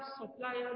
suppliers